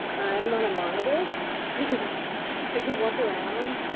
i'm on a monitor so i can't walk around,